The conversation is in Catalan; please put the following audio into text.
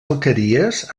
alqueries